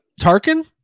Tarkin